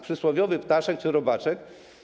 Przysłowiowy ptaszek czy robaczek.